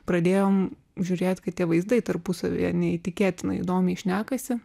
pradėjom žiūrėti kai tie vaizdai tarpusavyje neįtikėtinai įdomiai šnekasi